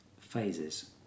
phases